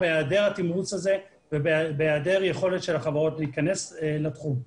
מהיעדר התמרוץ הזה ומהיעדר יכולת של החברות להיכנס לתחום.